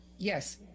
yes